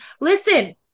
Listen